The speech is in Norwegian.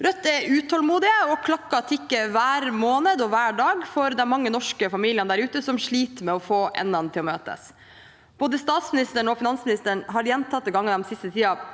Rødt er vi utålmodige, og klokken tikker hver måned og hver dag for de mange norske familiene der ute som sliter med å få endene til å møtes. Både statsministeren og finansministeren har gjentatte ganger den siste tiden